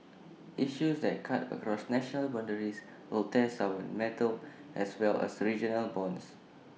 issues that cut across national boundaries will test our mettle as well as regional bonds